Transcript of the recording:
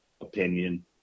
opinion